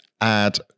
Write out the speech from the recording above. add